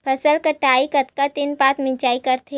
फसल कटाई के कतका दिन बाद मिजाई करथे?